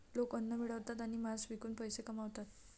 लोक अन्न मिळवतात आणि मांस विकून पैसे कमवतात